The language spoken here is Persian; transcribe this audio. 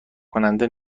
کننده